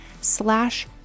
slash